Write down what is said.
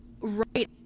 right